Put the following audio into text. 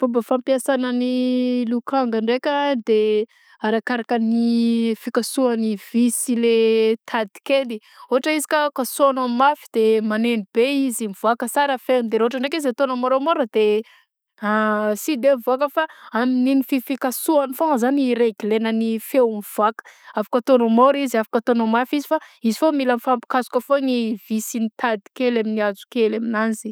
Fomba fampiasagna ny lokanga, ndraika de arakaraka ny fikasohagna ny vy sy le tady kely ôhatra izy ka kasôanao mafy de mameno be izy mvaoaka sara ny feogny de ra ôhatra ndraiky izy ataonao môramôra de a sy de mvaoka fa amign'iny fi- fikasoagny foagna zany reglegna ny feogny mvoaka afaka ataonao môra izy afaka ataonao mafy izy fa izy foagna mila mifapikasoka foagna gny visy sy ny tady kely amin'ny hazokely aminanzy.